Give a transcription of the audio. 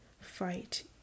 fight